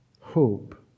Hope